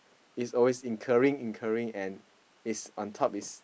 is always incurring incurring and is on top is